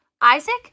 Isaac